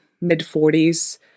mid-40s